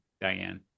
diane